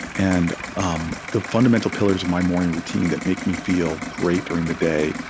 and um the fundamental pillars of my morning routine that make me feel great during the day,